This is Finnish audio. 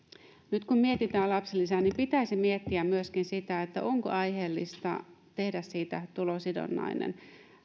nyt kun mietitään lapsilisää niin pitäisi miettiä myöskin sitä onko aiheellista tehdä siitä tulosidonnainen